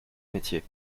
métier